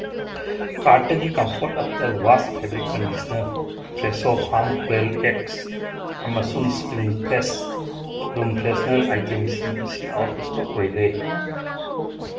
ꯀꯥꯔꯠꯇꯒꯤ comfort after wash fabric conditioner ꯐ꯭ꯔꯦꯁꯣ ꯐꯥꯝ ꯀ꯭ꯋꯦꯜ ꯑꯦꯛꯁ ꯑꯃꯁꯨꯨꯡ ꯏꯁꯄ꯭ꯔꯤꯡ ꯐꯦꯁ ꯔꯨꯝ ꯐꯦꯁꯅꯔ ꯑꯥꯏꯇꯦꯝꯁꯤꯡ ꯑꯁꯤ ꯑꯥꯎꯠ ꯑꯣꯐ ꯏꯁꯇꯣꯛ ꯑꯣꯏꯒ꯭ꯔꯦ